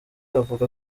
avuga